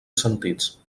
sentits